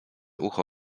ucho